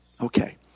Okay